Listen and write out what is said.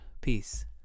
Peace